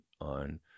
on